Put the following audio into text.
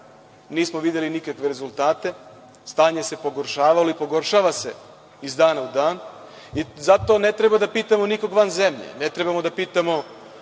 nismo videli nikakve rezultate. Stanje se pogoršavalo i pogoršava se iz dana u dan i zato ne treba da pitamo nikoga van zemlje, ne trebamo da pitamo